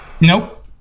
Nope